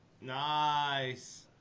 Nice